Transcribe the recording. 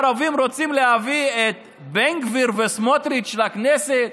הערבים רוצים להביא את בן גביר וסמוטריץ' לכנסת?